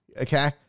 Okay